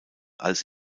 als